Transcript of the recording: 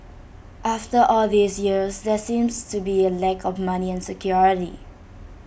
after all these years there seems to be A lack of money and security